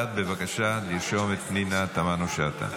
לפרוטוקול, בעד, בבקשה, לרשום את פנינה תמנו שטה.